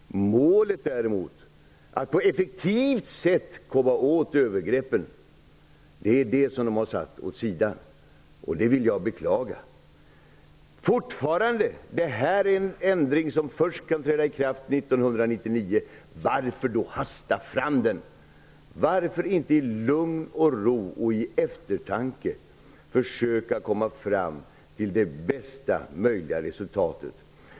Målet däremot, att på effektivt sätt komma åt övergreppen, har de satt åt sidan, och det vill jag djupt beklaga. Fortfarande: Den ändring som utskottet föreslår kan träda i kraft först 1999. Varför då hasta fram den? Varför inte i lugn och ro och med eftertanke försöka komma fram till det bästa möjliga resultatet?